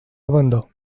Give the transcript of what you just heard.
abandó